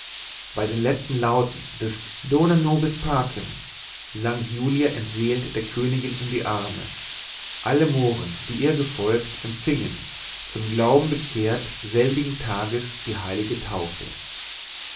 bei den letzten lauten des dona nobis pacem sank julia entseelt der königin in die arme alle mohren die ihr gefolgt empfingen zum glauben bekehrt selbigen tages die heilige taufe